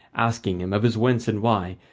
asking him of his whence and why,